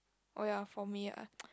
oh ya for me ah